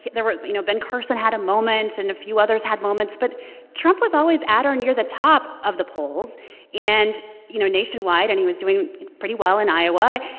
there were you know, ben carson had a moment. and a few others had moments. but trump was always at or near the top of the polls and you know, nationwide. and he was doing pretty well in iowa.